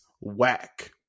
Whack